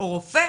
או רופא,